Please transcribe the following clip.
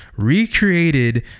recreated